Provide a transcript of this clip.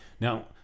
now